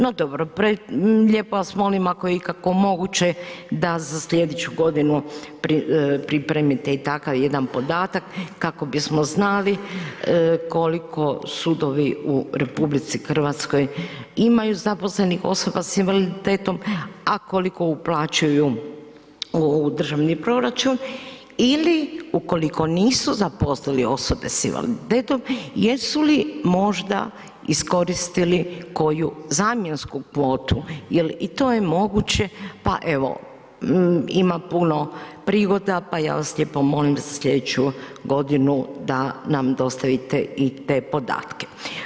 No dobro, lijepo vam molim ako je ikako moguće da za slijedeću godinu pripremite i takav jedan podatak kako bismo znali koliko sudovi u RH imaju zaposlenih osoba s invaliditetom, a koliko uplaćuju u državni proračun, ili ukoliko nisu zaposlili osobe s invaliditetom jesu li možda iskoristili koju zamjensku kvotu, jel i to je moguće, pa evo ima puno prigoda pa ja vas lijepo molim za slijedeću godinu da nam dostavite i te podatke.